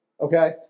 Okay